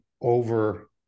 over